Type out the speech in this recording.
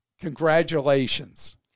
Congratulations